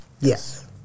Yes